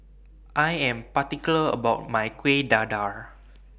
I Am particular about My Kuih Dadar